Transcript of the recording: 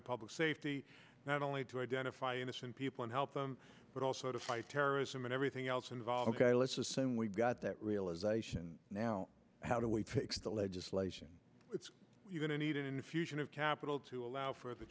of public safety not only to identify innocent people and help them but also to fight terrorism and everything else involved let's assume we've got that realization now how do we fix the legislation that's going to need infusion of capital to allow for the